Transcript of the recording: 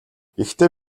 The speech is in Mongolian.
гэхдээ